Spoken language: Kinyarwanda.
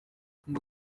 ngo